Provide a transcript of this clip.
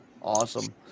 Awesome